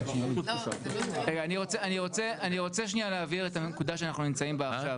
--- אני רוצה שניה להבהיר את הנקודה שאנחנו נמצאים בה עכשיו.